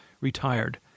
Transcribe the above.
retired